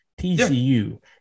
TCU